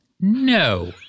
No